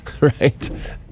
Right